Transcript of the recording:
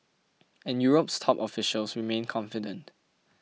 and Europe's top officials remain confident